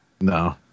No